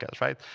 right